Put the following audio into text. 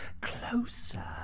closer